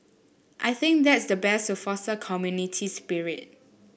I think that's the best to foster community spirit